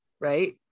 Right